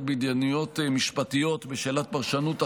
בהתדיינויות משפטיות בשאלת פרשנות החוזים,